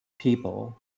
people